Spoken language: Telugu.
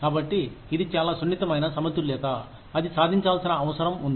కాబట్టి ఇది చాలా సున్నితమైన సమతుల్యత అది సాధించాల్సిన అవసరం ఉంది